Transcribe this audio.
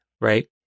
right